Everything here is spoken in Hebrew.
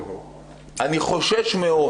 ואני חושש מאוד